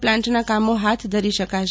પ્લાન્ટના કામો હાથ ધરી શકાશે